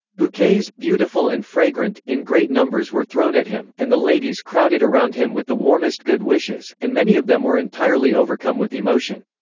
bouquets, beautiful and fragrant, in great numbers were thrown at him, and the ladies crowded around him with the warmest good wishes, and many of them were entirely overcome with emotion.